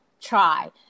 try